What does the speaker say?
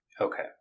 Okay